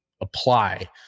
apply